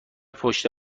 پشت